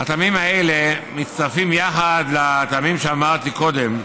הטעמים האלה מצטרפים יחד לטעמים שאמרתי קודם,